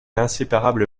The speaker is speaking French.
inséparable